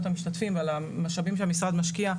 המשתתפים ועל המשאבים שהמשרד משקיע,